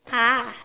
!huh!